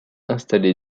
installée